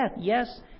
Yes